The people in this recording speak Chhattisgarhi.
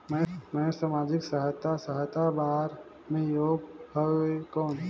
मैं समाजिक सहायता सहायता बार मैं योग हवं कौन?